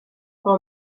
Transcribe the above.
bro